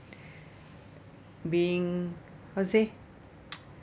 being how to say